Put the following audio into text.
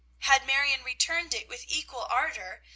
had marion returned it with equal ardor,